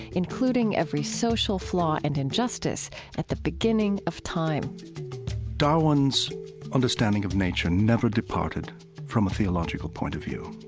including every social flaw and injustice at the beginning of time darwin's understanding of nature never departed from a theological point of view.